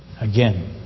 Again